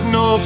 no